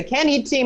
זה כן התאים,